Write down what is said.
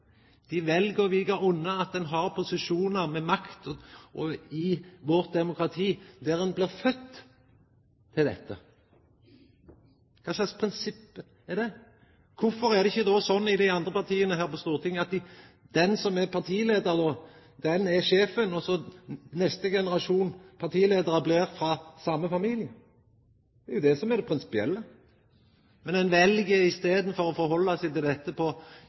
dei vel å vika unna det prinsipielle. Dei vel å vika unna at ein har posisjonar med makt i demokratiet vårt der ein blir fødd til dette. Kva slags prinsipp er det? Kvifor er det då ikkje slik i dei andre partia her på Stortinget at den som er partileiar, er sjefen, og neste generasjon partileiar kjem frå den same familien? Det er det som er det prinsipielle. Ein vel i staden å